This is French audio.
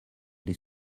les